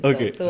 Okay